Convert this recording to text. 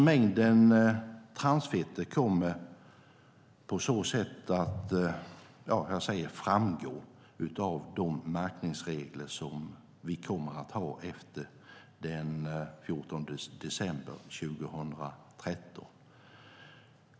Mängden transfett kommer på så sätt att framgå av de märkningsregler som vi kommer att ha efter den 14 december 2013.